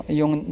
yung